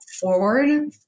forward